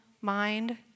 mind